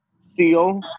Seal